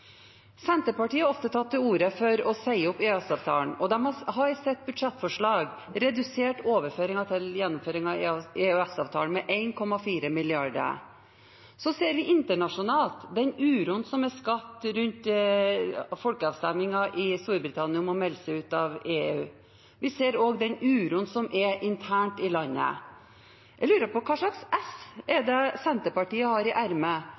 Senterpartiet har ofte tatt til orde for å si opp EØS-avtalen, og de har i sitt budsjettforslag redusert overføringen til gjennomføring av EØS-avtalen med 1,4 mrd. kr. Så ser vi internasjonalt den uroen som er skapt rundt folkeavstemningen i Storbritannia, om å melde seg ut av EU. Vi ser også den uroen som er internt i landet. Jeg lurer på hvilket ess Senterpartiet har i